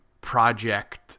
project